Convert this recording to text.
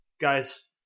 Guys